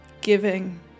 giving